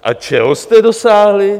A čeho jste dosáhli?